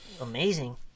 amazing